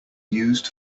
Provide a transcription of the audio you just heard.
used